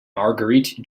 marguerite